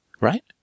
Right